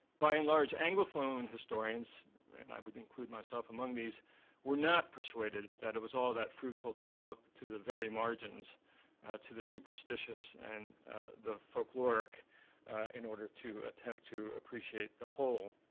by and large, anglophone historians and i would include myself among these were not persuaded that it was all that fruitful to look to the very margins to the superstitious and the folkloric in order to attempt to appreciate the whole,